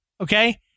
Okay